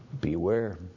Beware